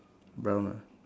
brown ah